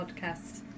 podcast